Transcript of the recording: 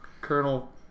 Colonel